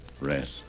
Rest